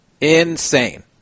Insane